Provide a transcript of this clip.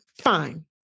fine